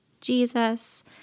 Jesus